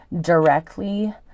directly